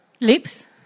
lips